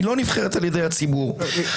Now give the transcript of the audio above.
היא לא נבחרת על ידי הציבור --- תודה.